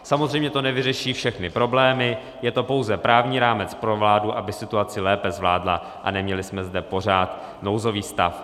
Samozřejmě to nevyřeší všechny problémy, je to pouze právní rámec pro vládu, aby situaci lépe zvládla a neměli jsme zde pořád nouzový stav.